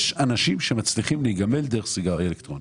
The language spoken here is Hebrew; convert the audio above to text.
יש אנשים שמצליחים להיגמל דרך סיגריה אלקטרונית.